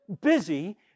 busy